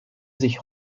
sich